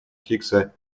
хиггса